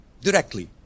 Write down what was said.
directly